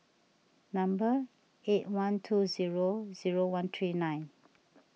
number eight one two zero zero one three nine